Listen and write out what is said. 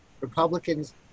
Republicans